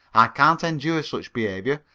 i can't endure such behaviour,